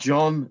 John